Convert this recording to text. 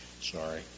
Sorry